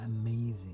amazing